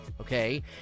okay